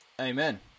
Amen